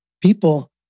people